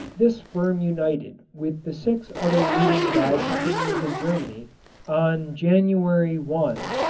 this firm united with the six other leading dye companies of germany on january one,